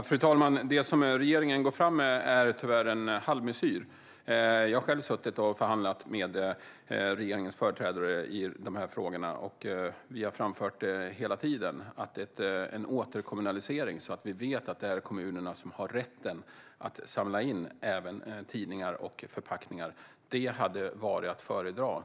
Fru talman! Det som regeringen går fram med är tyvärr en halvmesyr. Jag har själv suttit och förhandlat med regeringens företrädare i de här frågorna. Vi har hela tiden framfört att en återkommunalisering, så att vi vet att det är kommunerna som har rätten att samla in även tidningar och förpackningar, hade varit att föredra.